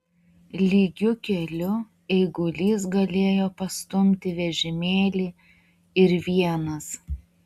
lygiu keliu eigulys galėjo pastumti vežimėlį ir vienas